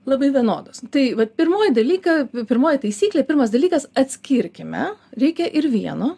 labai vienodos tai vat pirmoji dalyką pirmoji taisyklė pirmas dalykas atskirkime reikia ir vieno